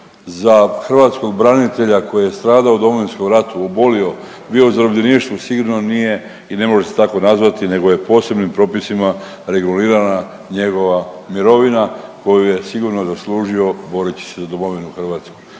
za hrvatskog branitelja koji je stradao u Domovinskom ratu, obolio, bio u zarobljeništvu, sigurno nije i ne može se tako nazvati nego je posebnim propisima regulirana njegova mirovina koju je sigurno zaslužio boreći za domovinu Hrvatsku.